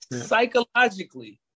Psychologically